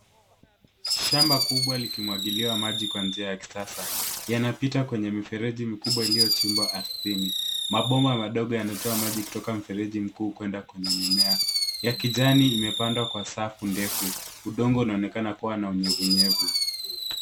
Shamba kubwa likimwagiliwa maji kwa njia ya kisasa. Yanapita kwenye mifereji mikubwa iliyochimbwa ardhini. Mabomba madogo yanatoa maji kutoka mfereji mkuu kuenda kwenye mimea. Ya kijani imepandwa kwenye safu ndefu. Udongo naonekana kuwa na unyevunyevu.